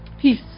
Peace